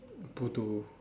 bodoh